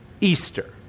Easter